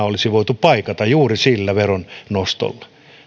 olisi voitu paikata juuri sillä veron nostolla